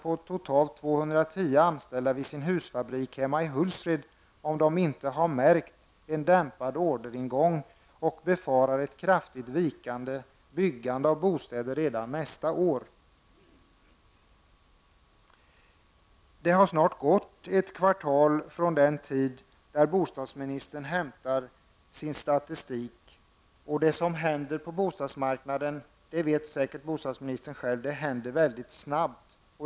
Kan inte anledningen vara att man har märkt en dämpad orderingång och att man befarar ett kraftigt vikande byggande av bostäder redan nästa år? Det har snart gått ett kvartal sedan den aktuella perioden, dvs. den period från vilken bostadsministern hämtar sin statistik. När något händer på bostadsmarknaden, och det vet säkert bostadsministern också, går det mycket snabbt.